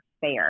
fair